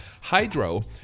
Hydro